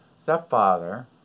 stepfather